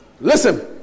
Listen